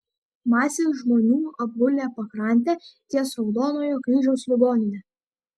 masės žmonių apgulę pakrantę ties raudonojo kryžiaus ligonine